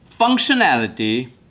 functionality